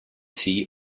sea